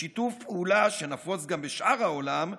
בשיתוף פעולה, שנפוץ גם בשאר העולם,